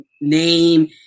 name